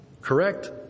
correct